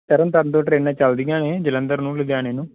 ਤਰਨ ਤਾਰਨ ਤੋਂ ਟਰੇਨਾਂ ਚੱਲਦੀਆਂ ਹੈ ਜਲੰਧਰ ਨੂੰ ਲੁਧਿਆਣੇ ਨੂੰ